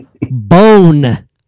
bone